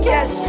Yes